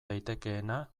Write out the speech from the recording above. daitekeena